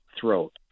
throat